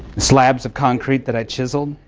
slabs of concrete that i chiseled.